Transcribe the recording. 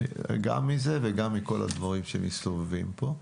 גם מזה וגם מכל הדברים שמסתובבים פה.